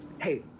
Hey